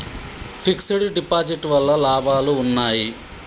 Fix డ్ deposit వల్ల లాభాలు ఉన్నాయి?